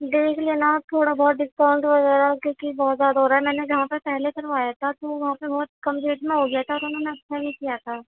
دیکھ لینا تھوڑا بہت ڈسکاؤنٹ وغیرہ کیوں کہ بہت زیادہ ہو رہا ہے میں نے جہاں پہ پہلے کروایا تھا تو وہاں پہ بہت کم ریٹ میں ہوگیا تھا لیکن اُنہوں نے اچھا نہیں کیا تھا